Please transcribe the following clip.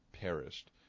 perished